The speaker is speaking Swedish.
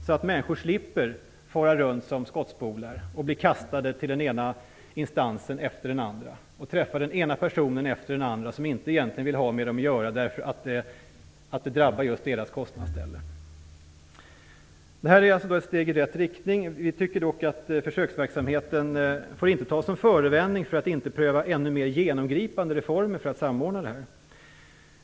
Då slipper människor fara runt som skottspolar och bli kastade till den ena instansen efter den andra och träffa den ena personen efter den andra som egentligen inte vill ha med dem att göra därför att det är just deras kostnadsställe som drabbas. Detta är alltså ett steg i rätt riktning. Vi anser dock att försöksverksamheten inte får tas som förevändning för att man inte skall pröva ännu mer genomgripande reformer för att få till stånd en samordning.